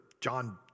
John